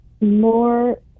More